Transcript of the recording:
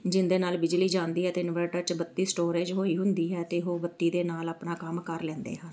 ਜਿਹਦੇ ਨਾਲ ਬਿਜਲੀ ਜਾਂਦੀ ਹੈ ਅਤੇ ਇਨਵੇਟਰ 'ਚ ਬੱਤੀ ਸਟੋਰੇਜ ਹੋਈ ਹੁੰਦੀ ਹੈ ਅਤੇ ਉਹ ਬੱਤੀ ਦੇ ਨਾਲ ਆਪਣਾ ਕੰਮ ਕਰ ਲੈਂਦੇ ਹਨ